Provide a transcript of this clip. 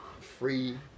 Free